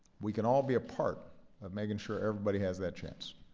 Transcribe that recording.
we can all be a part of making sure everybody has that chance.